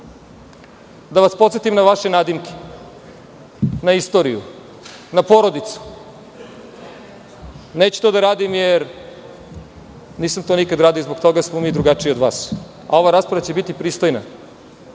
da vas podsetim na vaše nadimke, na istoriju, na porodicu? Neću to da radim jer nisam to nikad radio. Zbog toga smo mi drugačiji od vas. Ova rasprava će biti pristojna